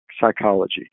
psychology